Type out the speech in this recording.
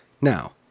Now